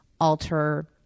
alter